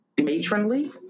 matronly